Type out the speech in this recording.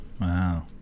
Wow